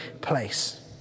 place